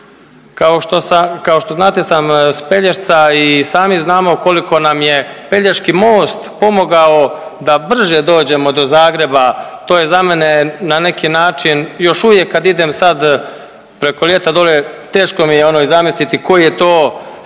Kao što znate sam s Pelješca i sami znamo koliko nam je Pelješki most pomogao da brže dođemo do Zagreba, to je za mene, na neki način, još uvijek kad idem sad preko ljeta dolje, teško mi je ono i zamisliti koji je to sam napor